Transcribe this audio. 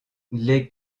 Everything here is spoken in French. les